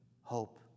hope